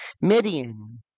Midian